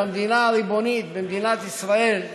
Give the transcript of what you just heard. במדינה הריבונית, במדינת ישראל,